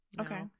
Okay